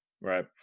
Right